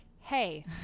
hey